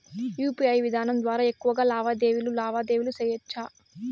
UPI విధానం ద్వారా ఎక్కువగా లావాదేవీలు లావాదేవీలు సేయొచ్చా?